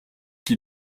qui